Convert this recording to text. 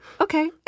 Okay